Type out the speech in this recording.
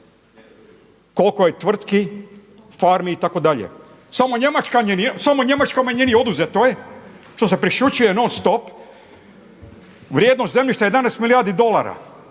koliko je tvrtki, farmi itd.? Samo njemačkoj manjini je oduzetoj što se prešućuje nonstop, vrijedno zemljište 11 milijardi dolara,